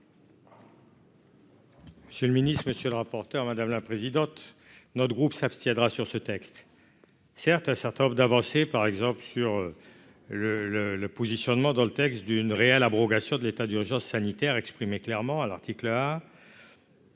Monsieur le ministre, monsieur le rapporteur, madame la présidente, notre groupe s'abstiendra sur ce texte, certes, un certain nombre d'avancées, par exemple sur le le le positionnement dans le texte d'une réelle abrogation de l'état d'urgence sanitaire exprimé clairement à l'article là